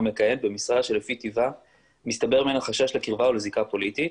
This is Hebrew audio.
מכהן במשרה שלפי טיבה מסתבר ממנו חשש לקרבה או לזיקה פוליטית,